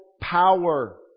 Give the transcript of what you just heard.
power